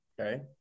Okay